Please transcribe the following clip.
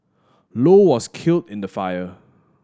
low was killed in the fire